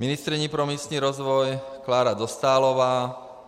Ministryní pro místní rozvoj Klára Dostálová.